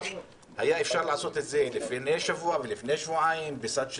היה לעשות את זה לפני שבוע ולפני שבועיים בסד של